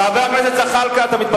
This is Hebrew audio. חבר הכנסת נסים זאב.